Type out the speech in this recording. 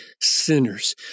sinners